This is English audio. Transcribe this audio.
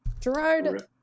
Gerard